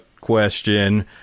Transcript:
question